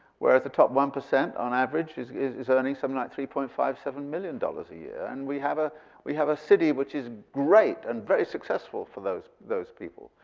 whereas the top one percent on average is is earning something like three point five seven million dollars a year. and we have ah we have a city which is great and very successful for those those people.